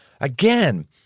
again